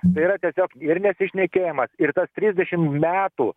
tai yra tiesiog ir nesišnekėjimas ir tas trisdešim metų